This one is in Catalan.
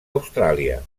austràlia